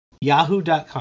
Yahoo.com